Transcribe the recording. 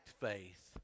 faith